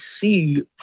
see